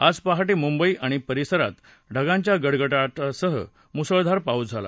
आज पहाटे मुंबई आणि परिसरात ढगांच्या गडगडाटासह मुसळधार पाऊस झाला